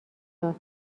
داد